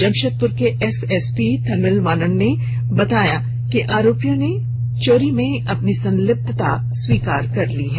जमशेदपुर के SSP M Tamilvanan ने बताया कि आरोपियों ने चोरी में अपनी संलिप्तता स्वीकार कर ली है